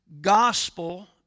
gospel